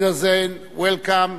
Auf Wiedersehen, Welcome.